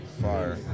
fire